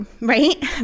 right